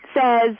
says